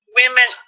women